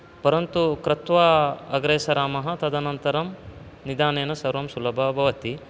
परन्तु कृत्वा अग्रे सरामः तदनन्तरं निधानेन सर्वं सुलभः भवति